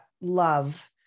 love